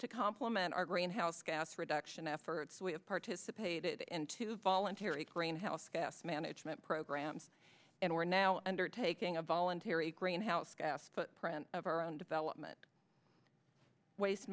to complement our greenhouse gas reduction efforts we have participated in two voluntary greenhouse gas management programs and we're now undertaking a voluntary greenhouse gas footprint of our own development waste